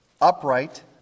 upright